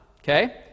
okay